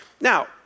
Now